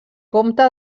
comte